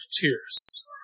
tears